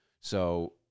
So-